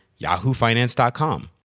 yahoofinance.com